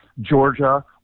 Georgia